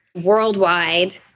worldwide